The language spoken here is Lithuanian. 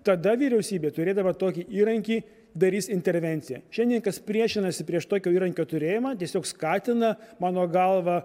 tada vyriausybė turėdama tokį įrankį darys intervenciją šiandien kas priešinasi prieš tokio įrankio turėjimą tiesiog skatina mano galva